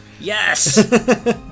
Yes